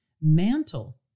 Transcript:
Mantle